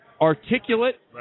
articulate